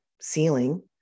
ceiling